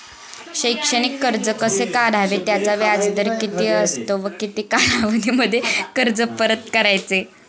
शैक्षणिक कर्ज कसे काढावे? त्याचा व्याजदर किती असतो व किती कालावधीमध्ये कर्ज परत करायचे?